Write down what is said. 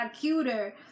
cuter